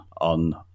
on